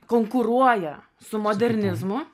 konkuruoja su modernizmu